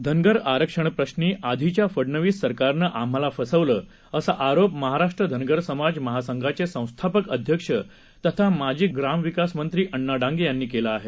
धनगरआरक्षणप्रश्वीआधीच्याफडनवीससरकारनंआम्हालाफसवंलं असाआरोपमहाराष्ट्रधनगरसमाजमहासंघाचेसंस्थापकअध्यक्षतथामाजीग्रामविकासमंत्रीअण्णाडांगेयांनीकेलाआहे